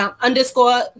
underscore